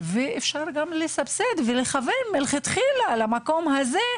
ואפשר גם לסבסד ולכוון מלכתחילה למקום הזה,